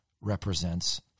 represents